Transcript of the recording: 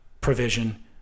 provision